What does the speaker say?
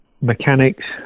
mechanics